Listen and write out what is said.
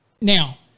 Now